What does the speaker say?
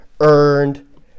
earned